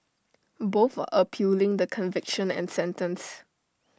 both are appealing the conviction and sentence